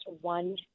one